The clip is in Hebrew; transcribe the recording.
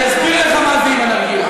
אני אסביר לך מה זה עם הנרגילה.